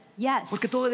Yes